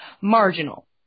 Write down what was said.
marginal